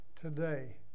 today